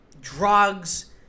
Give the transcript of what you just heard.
drugs